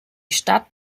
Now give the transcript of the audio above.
stadt